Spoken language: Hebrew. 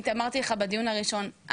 אמרתי לך בדיון הראשון,